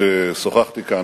שאתה אויב מסוכן.